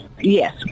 Yes